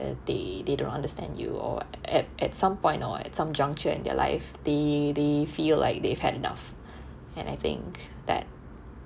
that they they don't understand you or at at some point or at some juncture in their life they they feel like they've had enough and I think that